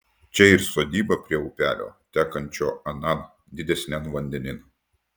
čia ir sodyba prie upelio tekančio anan didesnian vandenin